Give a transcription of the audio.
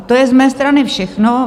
To je z mé strany všechno.